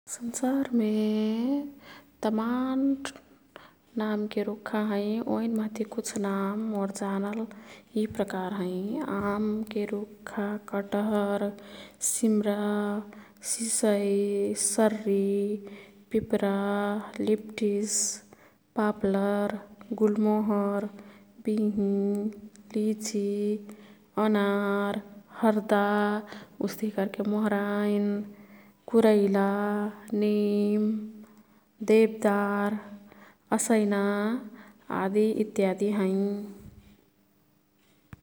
संसारमे तमान नामके रुख्खा हैं। ओईन मह्ती कुछ नाम मोर् जानल यी प्रकार हैं। आमके रुख्खा, कटहर, सिम्रा, सिसई, सर्री, पिपरा, लिप्टिस्, पाप्लर, गुल्डमोहर, बिंही, लिची, अनार, हर्दा, उस्तिही कर्के मोहराइन्, कुरैला, नीम, देबदार, असैना आदि इत्यादी हैं।